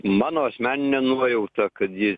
mano asmenine nuojauta kad ji